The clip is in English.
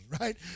right